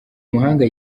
muhanga